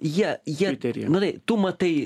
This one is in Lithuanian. jie jie matai tu matai